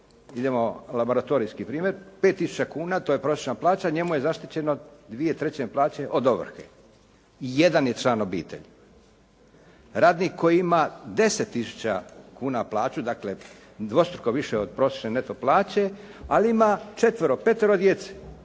idemo laboratorijski primjer, 5 tisuća kuna, to je prosječna plaća, njemu je zaštićeno dvije trećine plaće od ovrhe. Jedan je član obitelji. Radnik koji ima 10 tisuća kuna plaću, dakle dvostruko više od prosječne neto plaće, ali ima četvero, petero djece